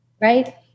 Right